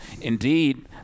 indeed